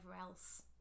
else